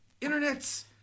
internet